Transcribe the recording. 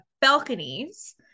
balconies